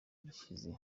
gishize